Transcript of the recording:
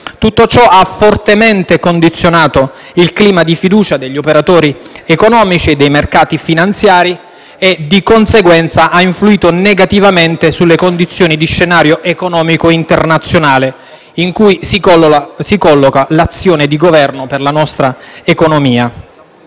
tutto ciò ha fortemente condizionato il clima di fiducia degli operatori economici e dei mercati finanziari e, di conseguenza, ha influito negativamente sulle condizioni di scenario economico internazionale in cui si colloca l'azione di Governo per la nostra economia.